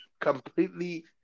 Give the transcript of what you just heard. completely